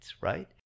right